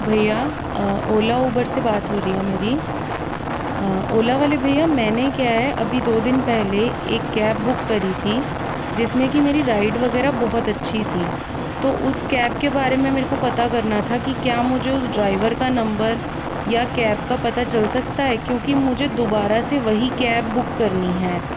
भैया ओला उबर से बात हो रही है मेरी ओला वाले भैया मैंने क्या है अभी दो दिन पहले एक कैब बुक करी थी जिसमें कि मेरी राइड वगैरह बहुत अच्छी थी तो उस कैब के बारे में मेरे को पता करना था कि क्या मुझे उस ड्राइवर का नंबर या कैब का पता चल सकता है क्यूँकि मुझे दोबारा से वही कैब बुक करनी है